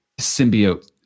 symbiote